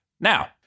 Now